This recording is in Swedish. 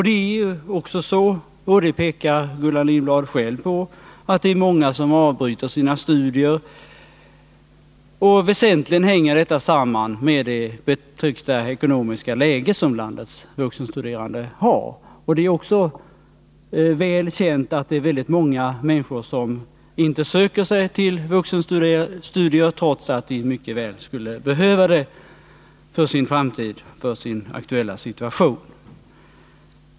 Det är också så, och det pekade Gullan Lindlad själv på, att många avbryter sina studier. Främst beror detta på det betryckta ekonomiska läge som landets vuxenstuderande befinner sig i. Det är också väl känt att väldigt många människor inte söker sig till vuxenstudier, trots att de mycket väl skulle behöva ägna sig åt sådana studier med tanke på sin framtid och sin aktuella situation.